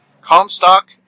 Comstock